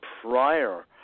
prior